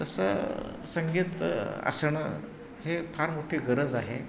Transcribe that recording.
तसं संगीत असणं हे फार मोठी गरज आहे